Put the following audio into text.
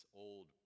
old